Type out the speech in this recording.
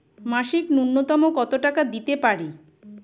মাসিক নূন্যতম কত টাকা দিতে পারি?